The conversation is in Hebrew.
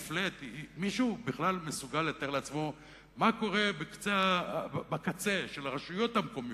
מישהו בכלל מסוגל לתאר לעצמו מה קורה בקצה של הרשויות המקומיות,